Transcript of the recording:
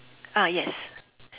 ah yes